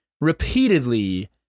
repeatedly